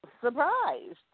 surprised